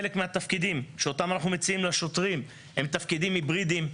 חלק מהתפקידים שאותם אנחנו מציעים לשוטרים הם תפקידים היברידיים,